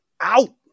out